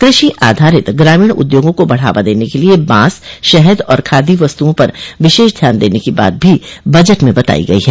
कृषि आधारित ग्रामीण उद्योगों को बढ़ावा देने के लिए बांस शहद और खादी वस्तुओं पर विशेष ध्यान देने की बात भी बजट में बताई गई है